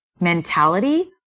mentality